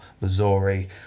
Missouri